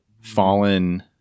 fallen